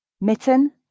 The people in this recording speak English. Mitten